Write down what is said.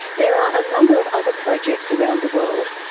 there are a number of other projects around the world,